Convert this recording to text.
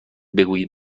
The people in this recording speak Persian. بگویید